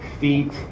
feet